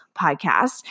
podcast